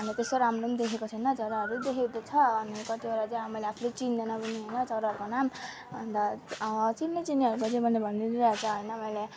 अन्त त्यस्तो राम्रो पनि देखेको छैन चराहरू देखेको छ अनि कतिवटा चाहिँ मैले आफूले चिन्दिनँ पनि होइन चराहरूको नाम अन्त चिन्ने चिन्नेहरूको मैले भनिरहेको छ होइन